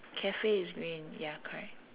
cafe is green ya correct